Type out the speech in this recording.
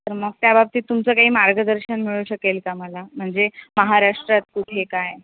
तर मग त्या बाबतीत तुमचं काही मार्गदर्शन मिळू शकेल का मला म्हणजे महाराष्ट्रात कुठे काय